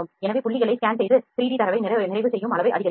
எனவே புள்ளிகளை ஸ்கேன் செய்து 3D தரவை நிறைவு செய்யும் அளவை அதிகரிக்கவும்